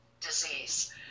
disease